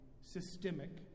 systemic